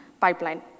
pipeline